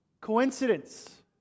Coincidence